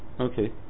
Okay